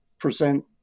present